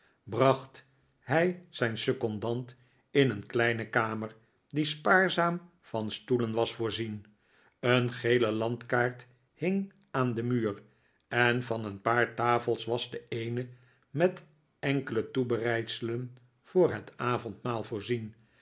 bracht hij zijn secondant in een kleine kamer die spaarzaam van stoelen was voorzien een gele landkaart hing aan den muur en van een paar tafels was de eene met enkele toebereidselen voor het avondmaal voorzien